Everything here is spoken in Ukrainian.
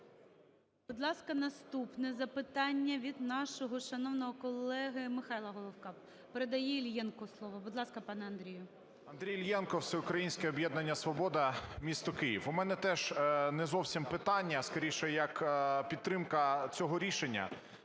Будь ласка, наступне запитання від нашого шановного колеги Михайла Головка. Передає Іллєнку слово. Будь ласка, пане Андрію. 11:08:59 ІЛЛЄНКО А.Ю. Андрій Іллєнко, Всеукраїнське об'єднання "Свобода", місто Київ. У мене теж не зовсім питання, скоріше як підтримка цього рішення.